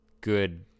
good